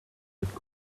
mit